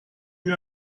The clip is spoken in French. eut